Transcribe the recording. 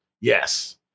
Yes